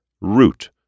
Root